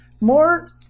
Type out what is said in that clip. more